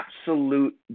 absolute